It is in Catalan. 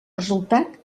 resultat